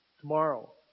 Tomorrow